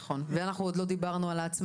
זה נכון ואנחנו עוד לא דיברנו על העצמאיים,